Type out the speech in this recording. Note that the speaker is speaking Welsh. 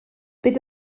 bydd